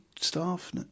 staff